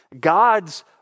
God's